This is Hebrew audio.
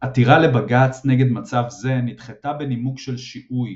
עתירה לבג"ץ נגד מצב זה נדחתה בנימוק של שיהוי,